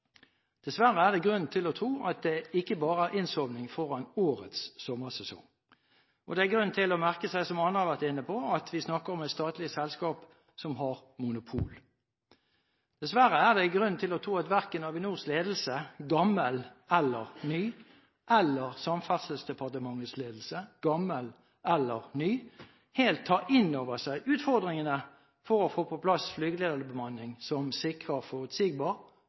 Dessverre er det grunn til å tro at det ikke bare var innsovning foran årets sommersesong. Det er grunn til å merke seg, som andre har vært inne på, at vi snakker om et statlig selskap som har monopol. Dessverre er det grunn til å tro at verken Avinors ledelse – gammel eller ny – eller Samferdselsdepartementets ledelse – gammel eller ny – helt tar inn over seg utfordringene for å få på plass flygelederbemanning som sikrer forutsigbar,